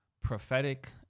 prophetic